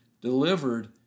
delivered